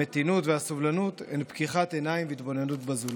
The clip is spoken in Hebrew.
המתינות והסובלנות הן פקיחת עיניים והתבוננות בזולת.